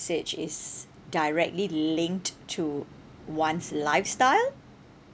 is directly linked to one's lifestyle